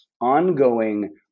ongoing